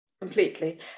Completely